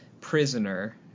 prisoner